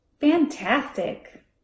Fantastic